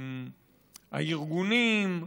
הארגונים,